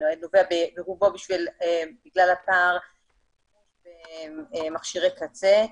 נובע ברובו בגלל הפער במכשירי קצה.